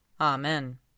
Amen